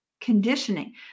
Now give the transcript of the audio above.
conditioning